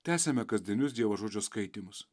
tęsiame kasdienius dievo žodžio skaitymus